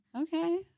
Okay